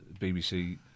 BBC